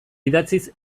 idatziz